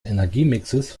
energiemixes